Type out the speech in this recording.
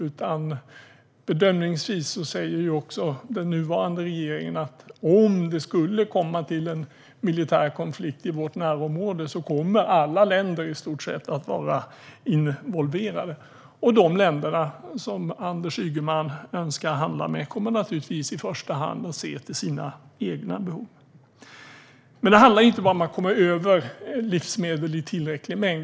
Om det skulle uppstå en militär konflikt i vårt närområde kommer bedömningsvis - det säger också den nuvarande regeringen - i stort sett alla länder att vara involverade, och de länder som Anders Ygeman önskar handla med kommer naturligtvis i första hand att se till sina egna behov. Men det handlar inte bara om att komma över livsmedel i tillräcklig mängd.